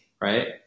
Right